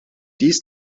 dies